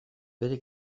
bere